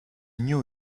knew